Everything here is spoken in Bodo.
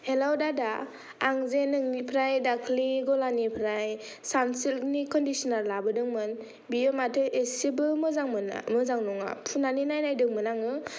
हेल' दादा आं जे नोंनिफ्राय दाख्लि ग'लानिफ्राय सानसिलकनि कनडिसिनार लाबोदोंमोन बेयो माथो एसेबो मोजां नङा फुननानै नायनाय दोंमोन आङो